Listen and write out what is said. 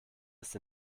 ist